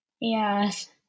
Yes